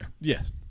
Yes